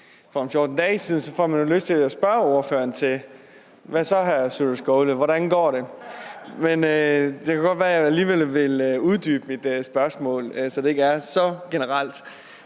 for ca. 14 dage siden får man lyst til at spørge ordføreren: Hvad så, hr. Sjúrður Skaale – hvordan går det? Men det kan godt være, at jeg alligevel vil uddybe mit spørgsmål, så det ikke er så generelt.